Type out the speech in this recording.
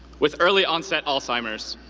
with early-onset alzheimer's.